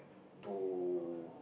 to